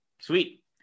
sweet